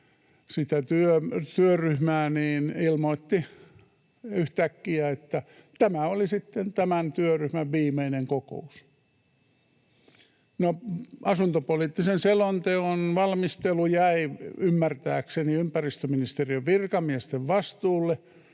sitä työryhmää johti, ilmoitti yhtäkkiä, että ”tämä oli sitten tämän työryhmän viimeinen kokous”. No, asuntopoliittisen selonteon valmistelu jäi ymmärtääkseni ympäristöministeriön virkamiesten vastuulle.